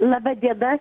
laba diena